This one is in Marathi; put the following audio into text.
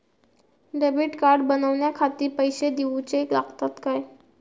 डेबिट कार्ड बनवण्याखाती पैसे दिऊचे लागतात काय?